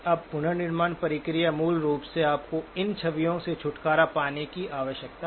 अब पुनर्निर्माण प्रक्रिया मूल रूप से आपको इन छवियों से छुटकारा पाने की आवश्यकता है